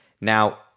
Now